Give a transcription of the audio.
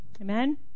Amen